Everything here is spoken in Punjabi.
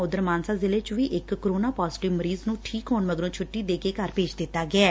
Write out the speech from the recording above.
ਉਧਰ ਮਾਨਸਾ ਜ਼ਿਲ੍ਹੇਂ ਚ ਵੀ ਇਕ ਕੋਰੋਨਾ ਪਾਜ਼ੇਟਿਵ ਮਰੀਜ਼ ਨ੍ਰੰ ਠੀਕ ਹੋਣ ਮਗਰੋਂ ਛੁੱਟੀ ਦੇ ਕੇ ਘਰ ਭੇਜ ਦਿੱਤਾ ਗਿਐ